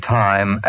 time